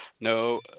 no